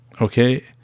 Okay